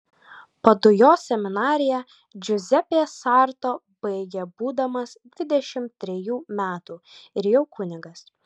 padujos seminariją džiuzepė sarto baigė būdamas dvidešimt trejų metų ir jau kunigas